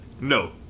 No